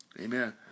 Amen